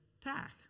tack